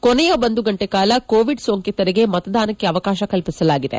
ಕೊನೆಯ ಒಂದು ಗಂಟೆ ಕಾಲ ಕೋವಿಡ್ ಸೋಂಕಿತರಿಗೆ ಮತದಾನಕ್ಕೆ ಅವಕಾಶ ಕಲ್ಪಿಸಲಾಗಿದೆ